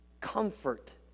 comfort